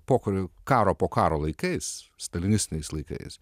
pokario karo po karo laikais stalinistiniais laikais